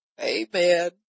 Amen